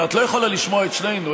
את לא יכולה לשמוע את שנינו,